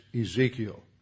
Ezekiel